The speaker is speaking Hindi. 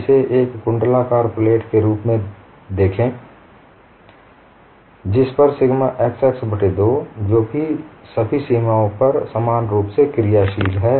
इसे एक कुंडलाकार प्लेट के रूप में देखें जिस पर सिग्मा xx बट्टे 2 जो सभी सीमाओं पर समान रूप से क्रियाशील है